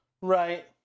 Right